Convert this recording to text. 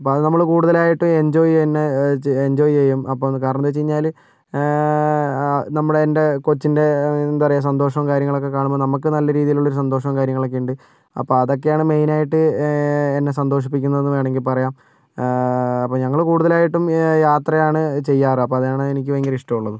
അപ്പം അത് നമ്മള് കൂടുതലായിട്ട് എൻജോയ് തന്നെ എൻജോയ് ചെയ്യും അപ്പം കാരണമെന്താന്ന് വച്ച് കഴിഞ്ഞാല് നമ്മുടെ എൻ്റെ കൊച്ചിൻ്റെ എന്താ പറയുക സന്തോഷവും കാര്യങ്ങളൊക്കെ കാണുമ്പോൾ നമുക്ക് നല്ല രീതിയിലുള്ള സന്തോഷവും കാര്യങ്ങളൊക്കെയുണ്ട് അപ്പം അതൊക്കെയാണ് മെയ്നായിട്ട് എന്നെ സന്തോഷിപ്പിക്കുന്നതെന്ന് വേണമെങ്കിൽ പറയാം അപ്പോ ഞങ്ങള് കൂടുതലായിട്ടും യാത്രയാണ് ചെയ്യാറ് അപ്പോൾ അതാണ് എനിക്ക് ഭയങ്കര ഇഷ്ട്ടമുള്ളതും